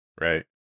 Right